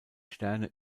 sterne